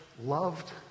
loved